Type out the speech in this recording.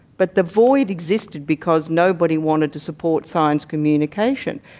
but the void existed because nobody wanted to support science communication.